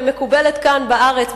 שמקובלת כאן בארץ,